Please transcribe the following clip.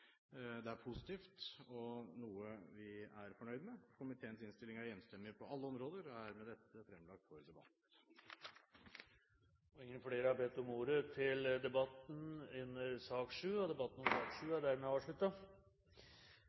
Det er positivt, og noe vi er fornøyd med. Komiteens innstilling er enstemmig på alle områder og er med dette fremlagt for debatt. Flere har ikke bedt om ordet til sak nr. 7. Det pleier ikke å være en stor sak når Stortinget behandler statsrådets protokoller, men det er